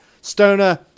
Stoner